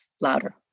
louder